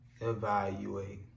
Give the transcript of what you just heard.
Evaluate